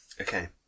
Okay